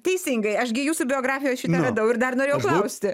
teisingai aš gi jūsų biografijoj šitą radau ir dar norėjau klausti